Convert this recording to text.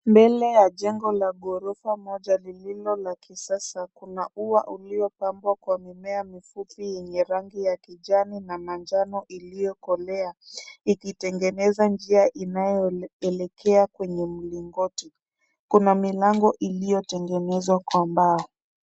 Mbele ya jengo la ghorofa moja lililo la kisasa, kuna ua ulio pambwa kwa mimea mifupi yenye rangi ya kijani na manjano iliyokolea. Ikitengeneza njia inayoelekea kwenye mlingoti. Kuna milango iliyotengenezwa kwa mbao.